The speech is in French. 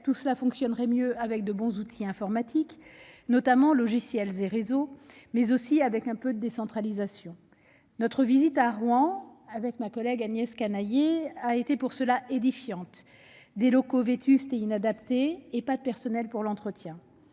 tout cela fonctionnerait mieux avec de bons outils informatiques- logiciels et réseaux -, mais aussi avec un peu de décentralisation. À cet égard, notre visite à Rouen, avec ma collègue Agnès Canayer, a été édifiante : des locaux vétustes et inadaptés et pas de personnel pour l'entretien